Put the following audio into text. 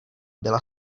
byla